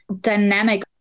dynamic